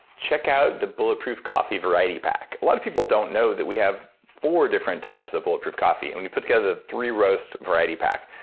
check out the bulletproof coffee variety pack. a lot of people don't know that we have four different types of bulletproof coffee, and we put together the three roast variety pack,